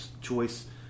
choice